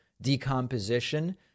decomposition